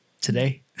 today